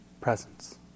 presence